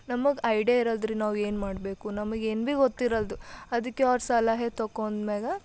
ನಮಗೆ ಐಡಿಯಾ ಇರಲ್ಲದ್ರಿ ನಾವು ಏನು ಮಾಡಬೇಕು ನಮಗೆ ಏನು ಬಿ ಗೊತ್ತಿರಲ್ದು ಅದಕ್ಕೆ ಅವ್ರ ಸಲಹೆ ತೊಗೊಂದ್ಮ್ಯಾಗ